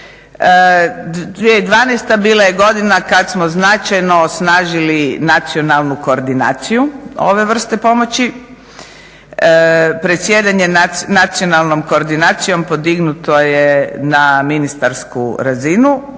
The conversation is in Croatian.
2012. bila je godina kad smo značajno osnažili nacionalnu koordinaciju ove vrste pomoći. Predsjedanje nacionalnom koordinacijom podignuto je na ministarstvu razinu.